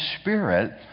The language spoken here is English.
Spirit